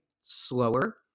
slower